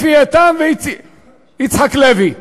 דרייפוס, וצרפתים רבים אחרים,